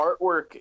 artwork